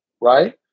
right